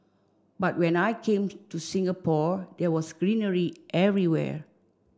but when I came to to Singapore there was greenery everywhere